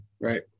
right